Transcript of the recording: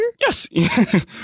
Yes